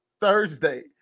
Thursday